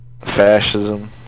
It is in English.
fascism